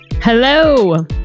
Hello